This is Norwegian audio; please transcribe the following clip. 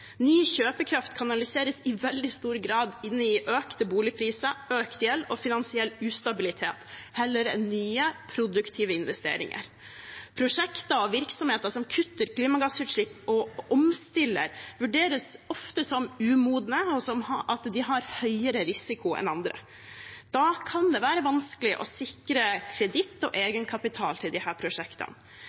Ny kjøpekraft kanaliseres i veldig stor grad inn i økte boligpriser, økt gjeld og finansiell ustabilitet, heller enn i nye, produktive investeringer. Prosjekter og virksomheter som kutter klimagassutslipp og omstiller, vurderes ofte som umodne, og som at de har høyere risiko enn andre. Da kan det være vanskelig å sikre kreditt og egenkapital til disse prosjektene.